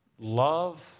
Love